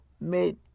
made